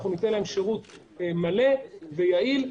אנחנו ניתן להם שירות מלא ויעיל,